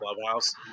clubhouse